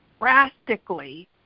drastically